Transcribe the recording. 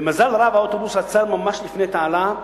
במזל רב האוטובוס עצר ממש לפני תעלה,